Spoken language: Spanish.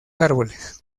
árboles